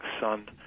son